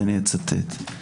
ואצטט: